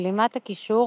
בלימת הקישור,